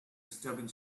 disturbing